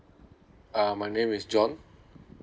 uh my name is john